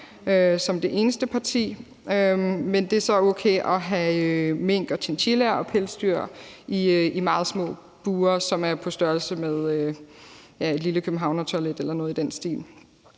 som det eneste parti klart nej, men det er så okay at have mink og chinchillaer og andre pelsdyr i meget små bure, som er på størrelse med et lille københavnertoilet eller noget i den stil.